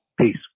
peace